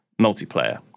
multiplayer